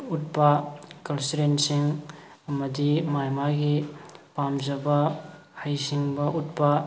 ꯎꯠꯄ ꯀꯜꯆꯔꯦꯜꯁꯤꯡ ꯑꯃꯗꯤ ꯃꯥꯒꯤ ꯃꯥꯒꯤ ꯄꯥꯝꯖꯕ ꯍꯩ ꯁꯤꯡꯕ ꯎꯠꯄ